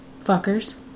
Fuckers